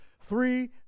three